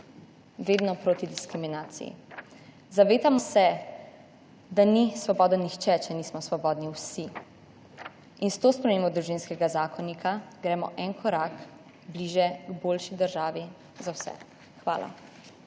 vedno proti diskriminaciji. Zavedamo se, da ni svoboden nihče, če nismo svobodni vsi in s to spremembo Družinskega zakonika gremo en korak bližje k boljši državi za vse. Hvala.